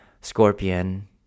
scorpion